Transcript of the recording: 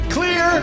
Clear